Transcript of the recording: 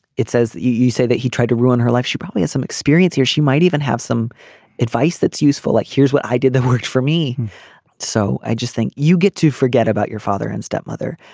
it says that you say that he tried to ruin her life she probably has some experience he or she might even have some advice that's useful like here's what i did that worked for me so i just think you get to forget about your father and stepmother.